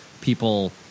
people